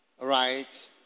right